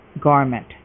garment